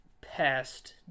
past